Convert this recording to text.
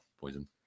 poison